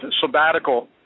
sabbatical